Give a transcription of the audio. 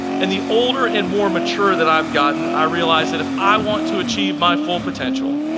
and the older and more mature that i've gotten i realize that if i want to achieve my full potential,